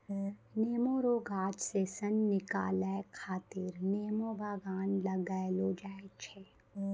नेमो रो गाछ से सन निकालै खातीर नेमो बगान लगैलो जाय छै